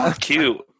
cute